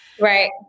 Right